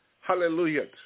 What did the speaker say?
Hallelujah